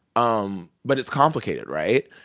um but it's complicated, right?